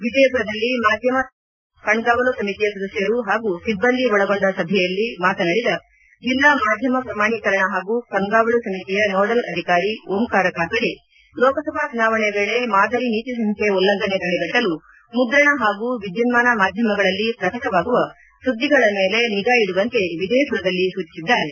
ವಿಜಯಪುರದಲ್ಲಿ ಮಾಧ್ಯಮ ದೃಢೀಕರಣ ಹಾಗೂ ಕಣ್ಗಾವಲು ಸಮಿತಿಯ ಸದಸ್ಯರು ಹಾಗೂ ಸಿಬ್ಬಂದಿ ಒಳಗೊಂಡ ಸಭೆಯಲ್ಲಿ ಮಾತನಾಡಿದ ಜಿಲ್ಲಾ ಮಾಧ್ಯಮ ಪ್ರಮಾಣೀಕರಣ ಪಾಗೂ ಕಣ್ಯವಲು ಸಮಿತಿಯ ನೋಡಲ್ ಅಧಿಕಾರಿ ಓಂಕಾರ ಕಾಕಡೆ ಲೋಕಸಭಾ ಚುನಾವಣೆ ವೇಳೆ ಮಾದರಿ ನೀತಿ ಸಂಹಿತೆ ಉಲ್ಲಂಘನೆ ತಡೆಗಟ್ಟಲು ಮುದ್ರಣ ಹಾಗೂ ವಿದ್ದುನ್ನಾನ ಮಾಧ್ಯಮಗಳಲ್ಲಿ ಪ್ರಕಟವಾಗುವ ಸುದ್ಗಿಗಳ ಮೇಲೆ ನಿಗಾ ಇಡುವಂತೆ ವಿಜಯಮರದಲ್ಲಿ ಸೂಚಿಸಿದ್ದಾರೆ